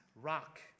rock